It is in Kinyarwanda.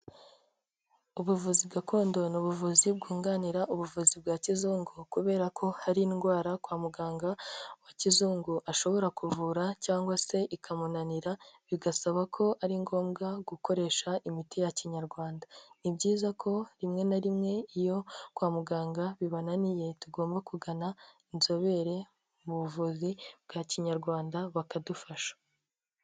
Ubuvuzi gakondo ni ubuvuzi bwunganira ubuvuzi bwa kizungu, kubera ko hari indwara kwa muganga uwa kizungu ashobora kuvura cyangwa se ikamunanira bigasaba ko ari ngombwa gukoresha imiti ya Kinyarwanda, ni byiza ko rimwe na rimwe iyo kwa muganga bibananiye tugomba kugana inzobere mu buvuzi bwa Kinyarwanda bakadufasha.